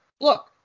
look